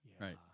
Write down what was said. Right